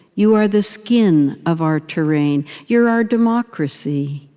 you are the skin of our terrain you're our democracy.